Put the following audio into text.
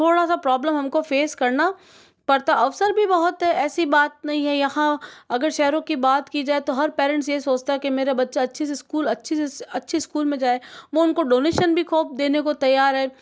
थोड़ा सा प्रॉब्लम हमको फेस करना पड़ता अवसर भी बहुत हैं ऐसी बात नहीं है यहाँ अगर शहरों की बात की जाए तो हर पेरेंट्स यह सोचता कि मेरा बच्चा अच्छे से स्कूल अच्छी सी अच्छी स्कूल में जाए वो उनको डोनेशन भी खूब देने को तैयार है